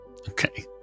Okay